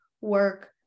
work